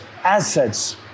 assets